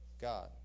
God